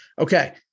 Okay